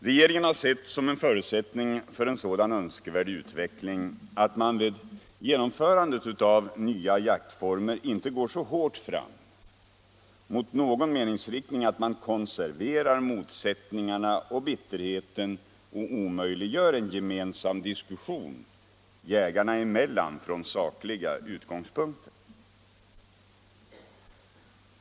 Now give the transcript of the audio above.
Regeringen har sett som en förutsättning för en sådan önskvärd utveckling att man vid genomförandet av nya jaktformer inte går så hårt fram mot någon meningsriktning att man konserverar motsättningarna och bitterheten och omöjliggör en gemensam diskussion jägarna emellan från sakliga utgångspunkter.